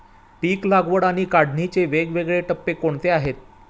पीक लागवड आणि काढणीचे वेगवेगळे टप्पे कोणते आहेत?